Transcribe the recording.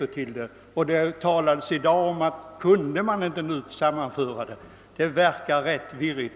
Men det har här också talats om att man skulle inte kunna enas. Jag måste säga att det hela verkar ganska virrigt.